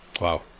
Wow